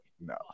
no